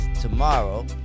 tomorrow